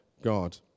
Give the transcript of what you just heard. God